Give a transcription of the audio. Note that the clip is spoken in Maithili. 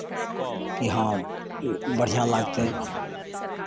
कि हँ बढ़िआँ लागतै